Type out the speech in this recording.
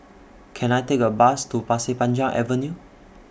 Can I Take A Bus to Pasir Panjang Avenue